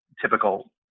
typical